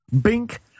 Bink